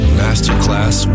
masterclass